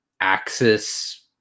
Axis